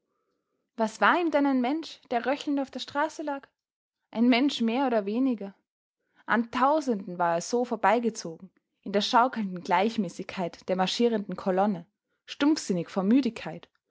was war ihm denn ein mensch der röchelnd auf der straße lag ein mensch mehr oder weniger an tausenden war er so vorbeigezogen in der schaukelnden gleichmäßigkeit der marschierenden kolonne stumpfsinnig vor müdigkeit